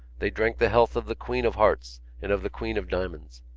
they drank the health of the queen of hearts and of the queen of diamonds.